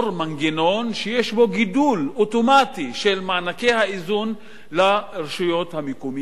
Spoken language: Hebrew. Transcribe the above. מנגנון שיש בו גידול אוטומטי של מענקי האיזון לרשויות המקומיות,